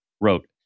Wrote